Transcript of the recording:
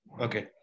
Okay